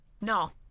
No